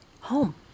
home